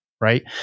Right